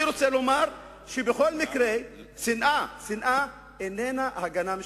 אני רוצה לומר שבכל מקרה שנאה איננה הגנה משפטית.